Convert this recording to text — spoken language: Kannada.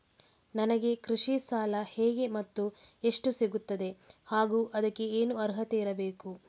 ನನಗೆ ಕೃಷಿ ಸಾಲ ಹೇಗೆ ಮತ್ತು ಎಷ್ಟು ಸಿಗುತ್ತದೆ ಹಾಗೂ ಅದಕ್ಕೆ ಏನು ಅರ್ಹತೆ ಇರಬೇಕು?